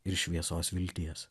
ir šviesos vilties